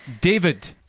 David